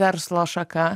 verslo šaka